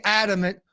adamant